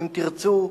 אם תרצו,